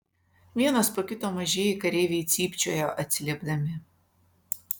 vienas po kito mažieji kareiviai cypčiojo atsiliepdami